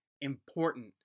important